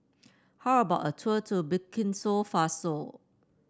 how about a tour to Burkina Faso